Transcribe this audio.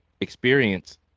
experience